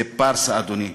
זה פארסה, אדוני.